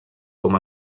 com